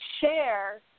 share